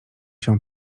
się